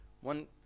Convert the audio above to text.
One